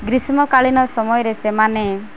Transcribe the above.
ଗ୍ରୀଷ୍ମକାଳୀନ ସମୟରେ ସେମାନେ